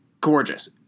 gorgeous